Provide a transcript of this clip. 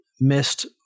missed